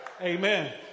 Amen